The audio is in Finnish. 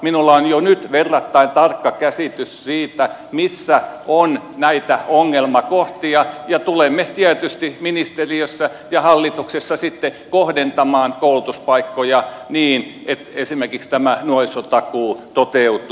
minulla on jo nyt verrattain tarkka käsitys siitä missä on näitä ongelmakohtia ja tulemme tietysti ministeriössä ja hallituksessa sitten kohdentamaan koulutuspaikkoja niin että esimerkiksi nuorisotakuu toteutuu